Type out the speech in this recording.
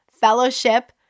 fellowship